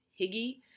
Higgy